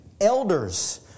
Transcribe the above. Elders